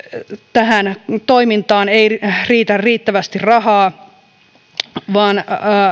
tähän toimintaan ei riitä riittävästi rahaa vaan